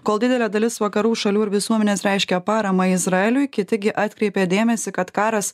kol didelė dalis vakarų šalių ir visuomenės reiškia paramą izraeliui kiti gi atkreipė dėmesį kad karas